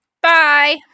Bye